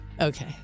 Okay